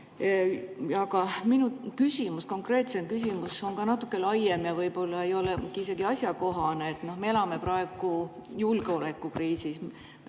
Minu konkreetsem küsimus on natuke laiem ja võib-olla ei ole isegi asjakohane. Me elame praegu julgeolekukriisis,